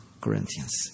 Corinthians